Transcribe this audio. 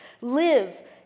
Live